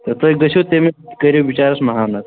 تہٕ تُہۍ گژھِو تٔمِس کٔرِو بِچارَس مَہانَت